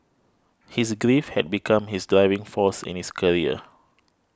his grief had become his driving force in his career